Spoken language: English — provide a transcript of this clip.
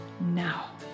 now